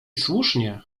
słusznie